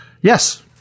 Yes